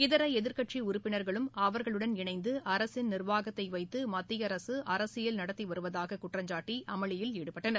இதர எதிர்க்கட்சி உறுப்பினர்களும் அவர்களுடன் இணைந்து அரசின் நிர்வாகத்தை வைத்து மத்திய அரசு அரசியல் நடத்தி வருவதாக குற்றம்சாட்டி அமளியில் ஈடுபட்டனர்